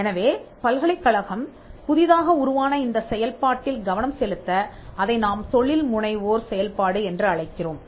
எனவே பல்கலைக்கழகம் புதிதாக உருவான இந்த செயல்பாட்டில் கவனம் செலுத்த அதை நாம் தொழில்முனைவோர் செயல்பாடு என்று அழைக்கிறோம்